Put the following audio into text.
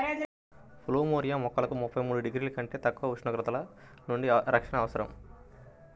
plumeria మొక్కలకు ముప్పై మూడు డిగ్రీల కంటే తక్కువ ఉష్ణోగ్రతల నుండి రక్షణ అవసరం